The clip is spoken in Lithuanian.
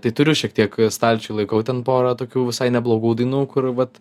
tai turiu šiek tiek stalčiuj laikau ten porą tokių visai neblogų dainų kur vat